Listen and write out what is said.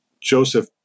Joseph